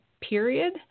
period